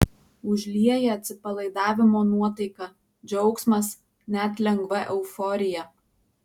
užlieja atsipalaidavimo nuotaika džiaugsmas net lengva euforija